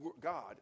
God